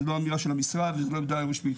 זה לא אמירה של המשרד וזאת לא העמדה הרשמית,